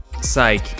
Psych